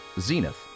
Zenith